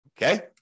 Okay